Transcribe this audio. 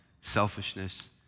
selfishness